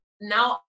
now